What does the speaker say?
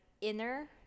inner